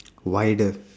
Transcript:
wider